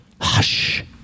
hush